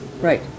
Right